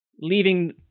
leaving